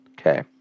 Okay